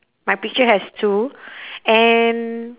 my picture has two and